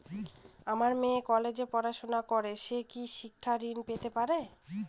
আমার মেয়ে কলেজে পড়াশোনা করে সে কি শিক্ষা ঋণ পেতে পারে?